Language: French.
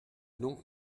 donc